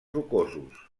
rocosos